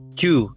two